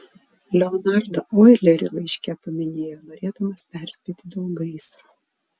leonardą oilerį laiške paminėjo norėdamas perspėti dėl gaisro